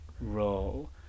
role